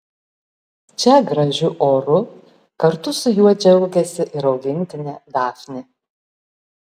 čia gražiu oru kartu su juo džiaugiasi ir augintinė dafnė